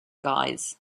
guys